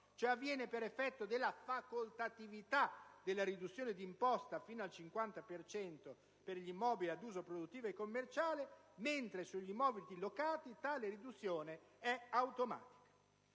Ciò avviene per effetto della facoltatività della riduzione di imposta fino al 50 per cento per gli immobili ad uso produttivo e commerciale, mentre sugli immobili locati tale riduzione è automatica.